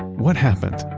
what happened?